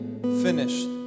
finished